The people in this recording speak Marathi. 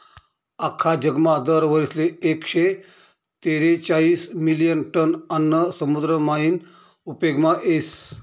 आख्खा जगमा दर वरीसले एकशे तेरेचायीस मिलियन टन आन्न समुद्र मायीन उपेगमा येस